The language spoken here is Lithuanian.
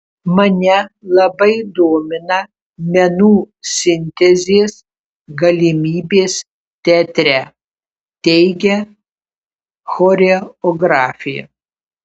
mane labai domina menų sintezės galimybės teatre teigia choreografė